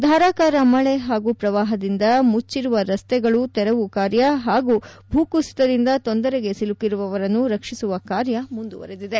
ಧಾರಾಕಾರ ಮಳೆ ಹಾಗೂ ಪ್ರವಾಹದಿಂದ ಮುಚ್ಚಿರುವ ರಸ್ತೆಗಳ ತೆರವು ಕಾರ್ಯ ಹಾಗೂ ಭೂಕುಸಿತದಿಂದ ತೊಂದರೆಗೆ ಸಿಲುಕಿರುವವರನ್ನು ರಕ್ಷಿಸುವ ಕಾರ್ಯ ಮುಂದುವರೆದಿದೆ